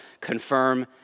confirm